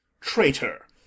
traitor